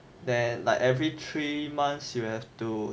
then like every three months you have to